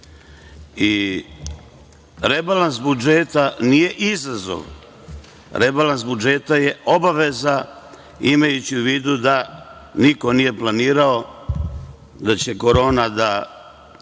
Rebalans budžeta nije izazov, rebalans budžeta je obaveza imajući u vidu da niko nije planirao da će Korona da